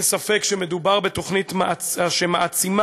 אין ספק שמדובר בתוכנית שמעצימה